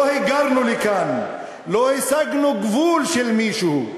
לא היגרנו לכאן, לא הסגנו גבול של מישהו.